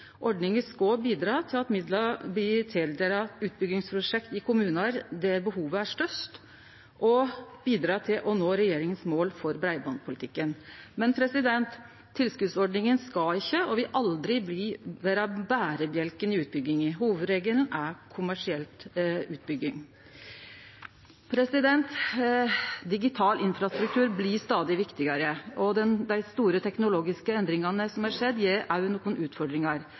Ordninga skal bidra til at midlar blir tildelt utbyggingsprosjekt i kommunar der behovet er størst, og til å nå regjeringas mål for breibandpolitikken. Men tilskotsordninga skal ikkje vere og vil aldri vere berebjelken i utbygginga. Hovudregelen er kommersiell utbygging. Digital infrastruktur blir stadig viktigare, og dei store teknologiske endringane som har skjedd, gjev òg nokre utfordringar.